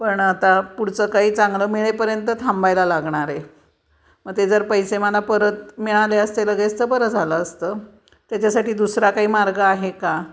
पण आता पुढचं काही चांगलं मिळेपर्यंत थांबायला लागणार आहे मग ते जर पैसे मला परत मिळाले असते लगेच तरं बरं झालं असतं त्याच्यासाठी दुसरा काही मार्ग आहे का